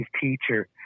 teacher